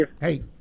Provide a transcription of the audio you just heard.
Hey